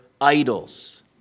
idols